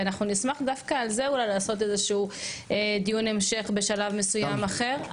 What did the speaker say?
ואנחנו נשמח דווקא על זה אולי לעשות איזשהו דיון המשך בשלב מסוים אחר.